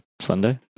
Sunday